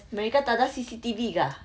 mereka tak ada C_C_T_V ke